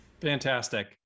Fantastic